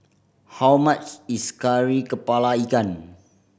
how much is Kari Kepala Ikan